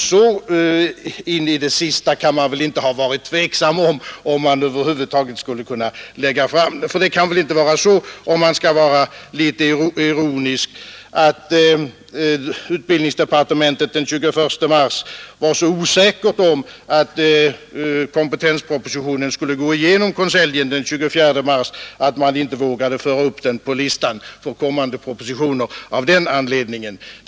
Så in i det sista kan man väl inte ha varit tveksam, om man över huvud taget skulle kunna lägga fram den. Det kan väl inte vara så, om jag får vara litet ironisk, att man i utbildningsdepartementet den 21 mars var så osäker på att kompetenspropositionen skulle gå igenom i konseljen den 24 mars att man inte vågade föra upp den på listan för kommande propositioner av den anledningen?